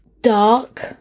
dark